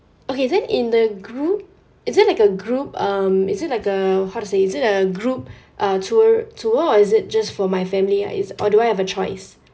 okay then in the group is that like a group um is it like a how to say is it like a group uh tour tour or is it just for my family ya is or do I have a choice